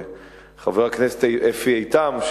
חבר הכנסת לשעבר אפי איתם,